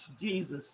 Jesus